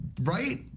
Right